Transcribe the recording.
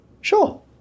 sure